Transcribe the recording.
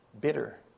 bitter